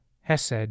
hesed